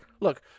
Look